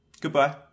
Goodbye